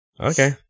okay